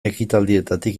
ekitaldietatik